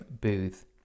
Booth